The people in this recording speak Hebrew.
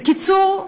בקיצור,